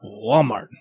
Walmart